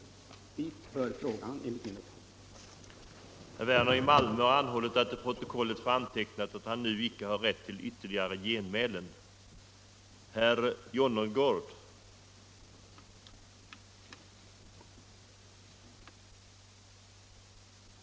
Dit hör frågan enligt min uppfattning.